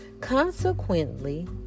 Consequently